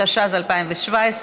התשע"ז 2017,